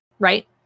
Right